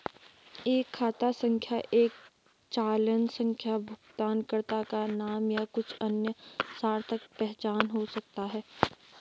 एक खाता संख्या एक चालान संख्या भुगतानकर्ता का नाम या कुछ अन्य सार्थक पहचान हो सकता है